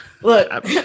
Look